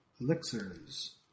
Elixirs